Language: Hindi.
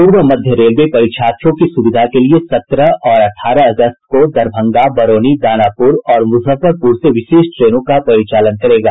पूर्व मध्य रेलवे परीक्षार्थियों की सुविधा के लिए सत्रह और अठारह अगस्त को दरभंगा बरौनी दानापुर और मुजफ्फरपुर से विशेष ट्रेनों का परिचालन करेगा